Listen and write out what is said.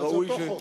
אז זה אותו חוק.